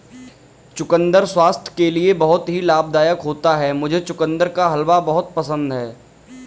चुकंदर स्वास्थ्य के लिए बहुत ही लाभदायक होता है मुझे चुकंदर का हलवा बहुत पसंद है